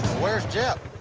where's jep?